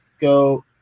go